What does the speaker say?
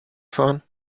fahren